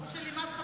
או של אימאן ח'טיב.